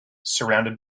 surrounded